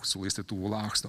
su laistytuvu laksto